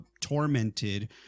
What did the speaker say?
tormented